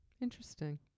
Interesting